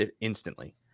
instantly